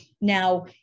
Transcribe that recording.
Now